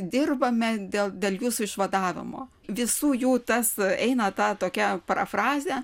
dirbame dėl dėl jūsų išvadavimo visų jų tas eina ta tokia parafrazė